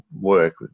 work